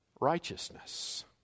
righteousness